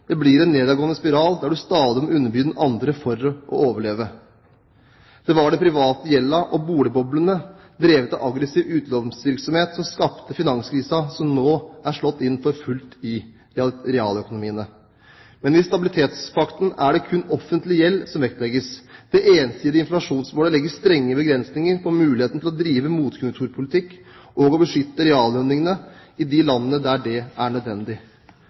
Det blir en nedadgående spiral der du stadig må underby den andre for å overleve. Det var den private gjelda og boligboblene drevet av aggressiv utlånsvirksomhet som skapte finanskrisen som nå er slått inn for fullt i realøkonomiene. Men i stabilitetspakten er det kun offentlig gjeld som vektlegges. Det ensidige inflasjonsmålet legger strenge begrensninger på muligheten til å drive motkonjunkturpolitikk og å beskytte reallønningene i de landene der det er nødvendig.